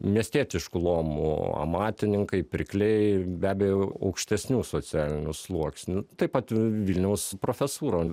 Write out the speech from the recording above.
miestietiškų luomų amatininkai pirkliai be abejo aukštesnių socialinių sluoksnių taip pat vilniaus profesūra